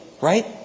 right